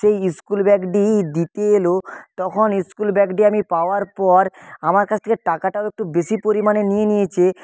সেই স্কুল ব্যাগটি দিতে এল তখন স্কুল ব্যাগটি আমি পাওয়ার পর আমার কাছ থেকে টাকাটাও একটু বেশি পরিমাণে নিয়ে নিয়েছে